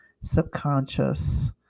subconscious